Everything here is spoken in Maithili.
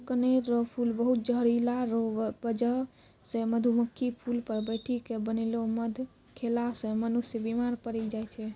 कनेर रो फूल बहुत जहरीला रो बजह से मधुमक्खी फूल पर बैठी के बनैलो मध खेला से मनुष्य बिमार पड़ी जाय छै